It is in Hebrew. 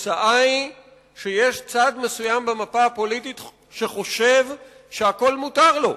התוצאה היא שיש צד מסוים במפה הפוליטית שחושב שהכול מותר לו,